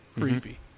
creepy